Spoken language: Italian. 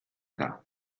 età